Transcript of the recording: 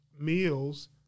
meals